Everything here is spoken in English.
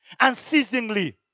unceasingly